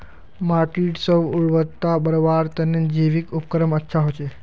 माटीर स्व उर्वरता बढ़वार तने जैविक उर्वरक अच्छा होचे